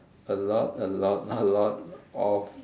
a lot a lot a lot of